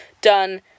done